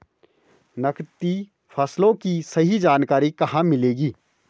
नकदी फसलों की सही जानकारी कहाँ मिलेगी?